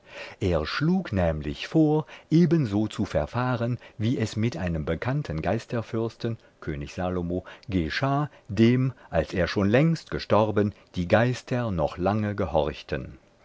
er schlug nämlich vor ebenso zu verfahren wie es mit einem bekannten geisterfürsten könig salomo geschah dem als er schon längst gestorben die geister noch lange gehorchten